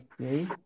Okay